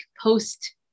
post